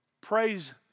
praise